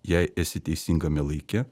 jei esi teisingame laike